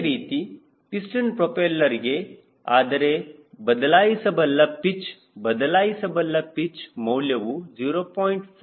ಅದೇ ರೀತಿ ಪಿಸ್ಟನ್ ಪ್ರೋಪೆಲ್ಲರ್ಗೆ ಆದರೆ ಬದಲಾಯಿಸಬಲ್ಲ ಪಿಚ್ ಬದಲಾಯಿಸಬಲ್ಲ ಪಿಚ್ ಮೌಲ್ಯವು 0